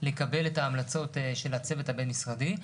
לקבל את ההמלצות של הצוות הבין-משרדי.